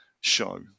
show